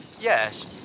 Yes